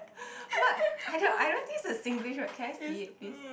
what I don't I don't think it's a Singlish word can I see it please